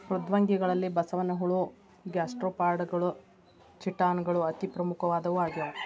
ಮೃದ್ವಂಗಿಗಳಲ್ಲಿ ಬಸವನಹುಳ ಗ್ಯಾಸ್ಟ್ರೋಪಾಡಗಳು ಚಿಟಾನ್ ಗಳು ಅತಿ ಪ್ರಮುಖವಾದವು ಆಗ್ಯಾವ